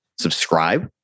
subscribe